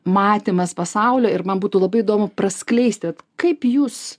matymas pasaulio ir man būtų labai įdomu praskleisti kaip jūs